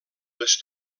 les